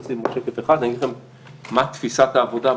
אני אגיד לכם מה תפיסת העבודה,